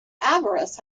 avarice